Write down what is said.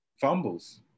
fumbles